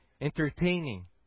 entertaining